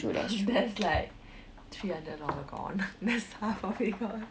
and that's like three hundred dollar gone that's half of it gone